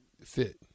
fit